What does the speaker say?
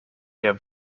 der